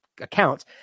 accounts